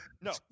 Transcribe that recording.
No